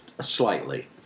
slightly